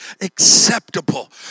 acceptable